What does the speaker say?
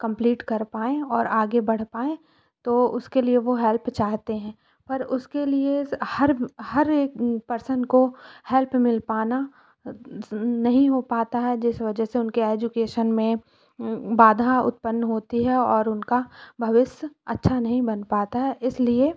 complete कर पाएं और आगे बढ़ पाएं तो उसके लिए वो हेल्प चाहते हैं पर उसके लिए हर हर एक परसन को हेल्प मिल पाना नहीं हो पाता है जिस वजह से उनकी एजुकेशन में बाधा उत्पन्न होती है और उनका भविष्य अच्छा नहीं बन पाता है इस लिए